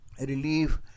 relief